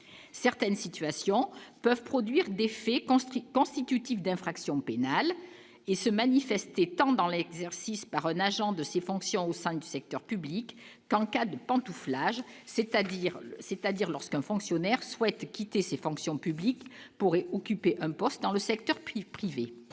certaines situations peuvent produire des faits constatés constitutifs d'infractions pénales et se manifester tant dans l'exercice Parrón, agent de ses fonctions au sein du secteur public, qu'en cas de pantouflage, c'est-à-dire, c'est-à-dire lorsqu'un fonctionnaire souhaite quitter ses fonctions publiques pourrait occuper un poste dans le secteur privé,